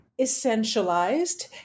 essentialized